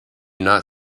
not